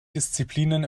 disziplinen